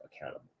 accountable